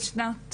בשנת